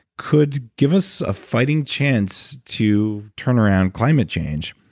could give us a fighting chance to turn around climate change.